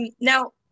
now